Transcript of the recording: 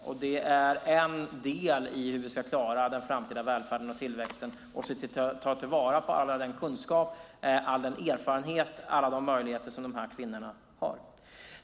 Det är också en del i hur vi ska klara den framtida välfärden och tillväxten, att se till att ta till vara all den kunskap och erfarenhet och alla de möjligheter dessa kvinnor har.